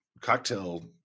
cocktail